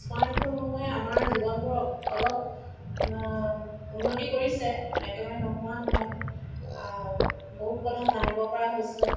স্মাৰ্টফোনসমূহে আমাৰ জীৱনবোৰত অলপ উন্নতি কৰিছে একেবাৰে নোহোৱা নহয় আৰু বহুত কথা জানিব পৰা হৈছোঁ